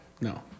No